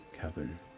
Cavern